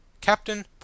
Captain